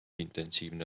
intensiivne